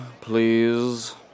please